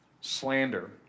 Slander